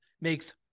makes